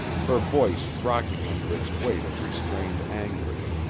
her voice rocking under its weight of restrained anguish.